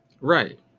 Right